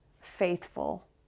faithful